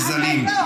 לא